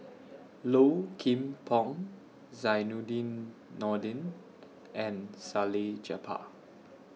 Low Kim Pong Zainudin Nordin and Salleh Japar